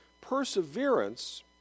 Perseverance